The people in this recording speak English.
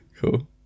Cool